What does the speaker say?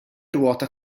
ruota